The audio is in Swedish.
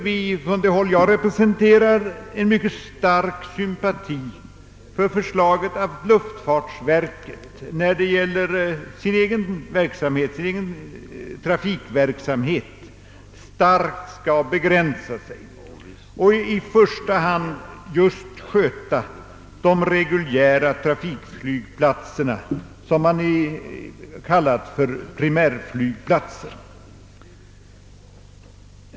På vårt håll hyser vi vidare en mycket stor sympati för förslaget att luftfartsverket starkt skall begränsa den egna verksamheten och i första hand sköta de reguljära trafikflygplatserna, som kallas för primärflygplatser.